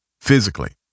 physically